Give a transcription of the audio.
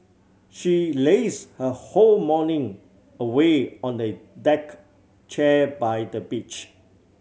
she laze her whole morning away on the deck chair by the beach